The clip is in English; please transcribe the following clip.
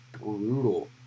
brutal